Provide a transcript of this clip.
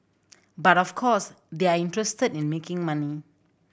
but of course they are interested in making money